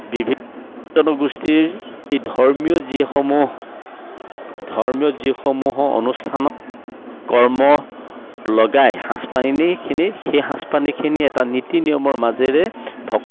বিভিন্ন জনগোষ্ঠীৰ ধৰ্মীয় যিসমূহ ধৰ্মীয় যিসমূহ অনুষ্ঠানত কৰ্ম লগাই সাঁজপানীখিনি সেই সাঁজপানীখিনি এটা নীতি নিয়মৰ মাজেৰে ভকত